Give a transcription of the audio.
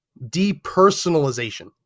depersonalization